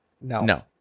no